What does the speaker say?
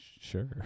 Sure